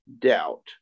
doubt